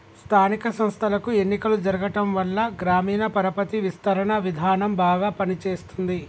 స్థానిక సంస్థలకు ఎన్నికలు జరగటంవల్ల గ్రామీణ పరపతి విస్తరణ విధానం బాగా పని చేస్తుంది